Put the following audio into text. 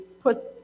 put